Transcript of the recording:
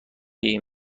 این